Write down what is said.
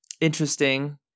interesting